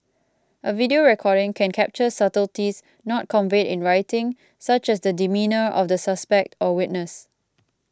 a video recording can capture subtleties not conveyed in writing such as the demeanour of the suspect or witness